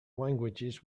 languages